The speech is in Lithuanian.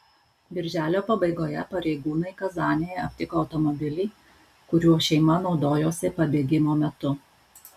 birželio pabaigoje pareigūnai kazanėje aptiko automobilį kuriuo šeima naudojosi pabėgimo metu